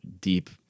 deep